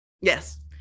Yes